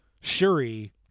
Shuri